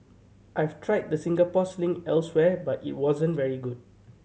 I've tried the Singapore Sling elsewhere but it wasn't very good